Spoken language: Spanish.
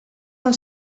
han